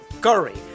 Curry